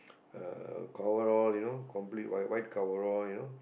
uh coverall you know complete white white coverall you know